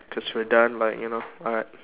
cause we're done like you know what